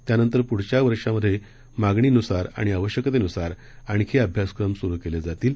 त्यानंतर प्ढील वर्षामध्ये मागणीन्सार आणि आवश्यकतेन्सार आणखी अभ्यासक्रम स्रु केले जातील